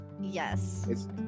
Yes